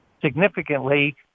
significantly